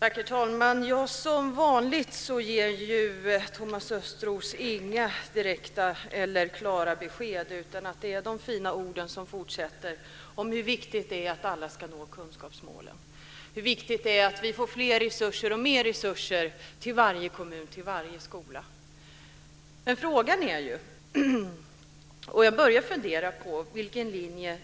Herr talman! Som vanligt ger Thomas Östros inga direkta eller klara besked. Det är de fina orden som fortsätter om hur viktigt det är att alla ska nå kunskapsmålen och hur viktigt det är att vi får mer resurser till varje kommun och varje skola. Men jag börjar fundera på vilken linje